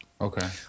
Okay